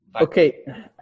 okay